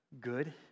Good